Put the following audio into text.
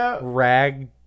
rag